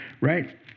right